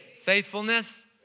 Faithfulness